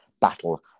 battle